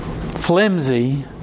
flimsy